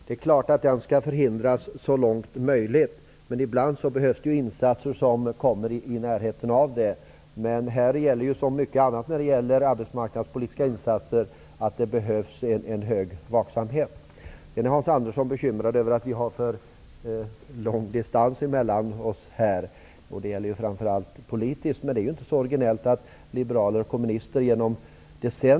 Herr talman! Det är klart att rundgången skall förhindras så långt möjligt. Men ibland behövs det insatser i den riktningen. Här gäller det -- precis som det gäller mycket annat i fråga om arbetsmarknadspolitiska insatser -- att man iakttar stor vaksamhet. Hans Andersson är bekymrad över att framför allt den politiska distansen mellan oss är för lång. Men det är inte så originellt att liberaler och kommunister är mycket oense.